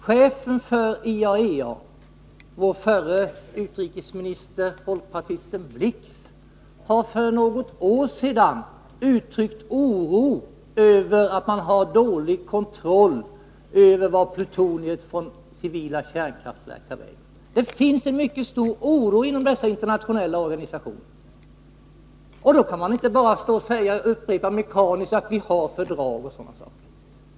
Chefen för IAEA, vår förre utrikesminister, folkpartisten Hans Blix, har för något år sedan uttryckt oro över att man har dålig kontroll över vart plutoniet från civila kärnkraftverk tar vägen. Det finns en mycket stor oro inom dessa internationella organisationer, och då kan man inte bara mekaniskt upprepa att vi har fördrag m.m.